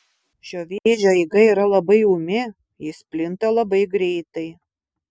šio vėžio eiga yra labai ūmi jis plinta labai greitai